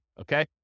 okay